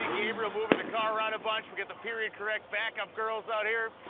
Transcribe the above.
gabriel movin' the car around a bunch, we get the period correct back up girls out here.